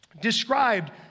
described